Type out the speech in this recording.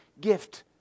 gift